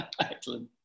Excellent